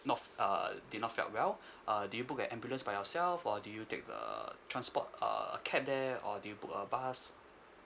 not f~ uh did not felt well uh did you book an ambulance by yourself or did you take the transport uh cab there or did you book a bus